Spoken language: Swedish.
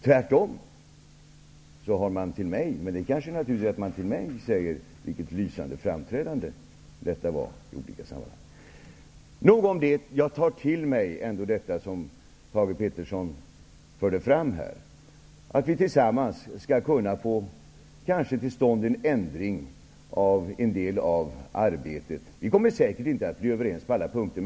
Tvärtom har man till mig sagt: Vilket lysande framträdande detta var. Men det kanske är naturligt att man i olika sammanhang till mig säger så. Nog om det. Jag tar till mig det som Thage Peterson förde fram, att vi tillsammans kanske skall kunna få till stånd en ändring av en del av arbetet. Vi kommer säkert inte att bli överens på alla punkter.